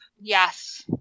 Yes